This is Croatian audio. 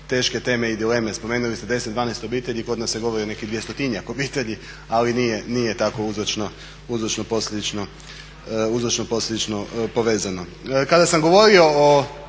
teške teme i dileme. Spomenuli ste 10-12 obitelji, kod nas se govori o nekih 200-tinjak obitelji, ali nije tako uzročno-posljedično povezano. Kada sam govorio o